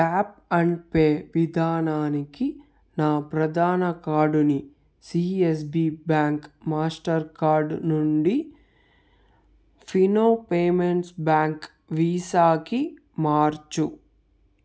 tap and pay విధానానికి నా ప్రధాన కార్డుని సీఎస్బి బ్యాంక్ మాస్టర్ కార్డు నుండి ఫీనో పేమెంట్స్ బ్యాంక్ వీసాకి మార్చు